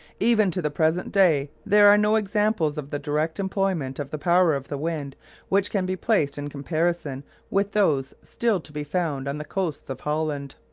even to the present day there are no examples of the direct employment of the power of the wind which can be placed in comparison with those still to be found on the coasts of holland.